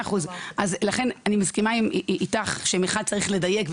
אני מסכימה איתך שמחד צריך לדייק,